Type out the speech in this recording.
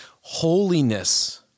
Holiness